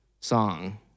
song